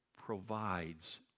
provides